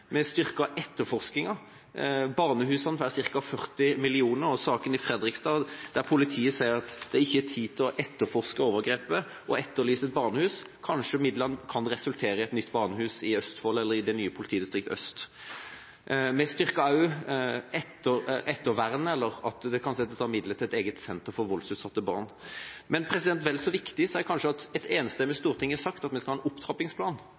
Vi styrket etterforskinga, og barnehusene får ca. 40 mill. kr. I saken fra Fredrikstad sier politiet at det ikke er tid til å etterforske overgrepet og etterlyser et barnehus. Kanskje midlene kan resultere i et nytt barnehus i Østfold eller i det nye Øst politidistrikt. Vi styrket også ettervernet, at det kan settes av midler til et eget senter for voldsutsatte barn. Men vel så viktig er det kanskje at et enstemmig storting har sagt at vi skal ha en opptrappingsplan